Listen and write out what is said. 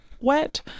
wet